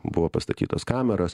buvo pastatytos kameros